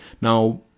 Now